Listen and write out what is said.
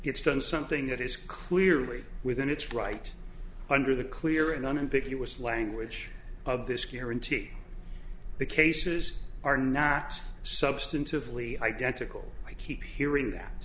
it's done something that is clearly within its right under the clear and unambiguous language of this guarantee the cases are not substantively identical i keep hearing that